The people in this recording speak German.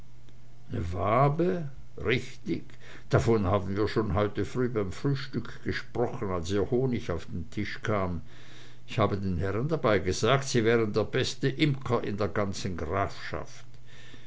ne wabe richtig davon haben wir schon heute früh beim frühstück gesprochen als ihr honig auf den tisch kam ich habe den herren dabei gesagt sie wären der beste imker in der ganzen grafschaft